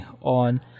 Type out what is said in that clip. on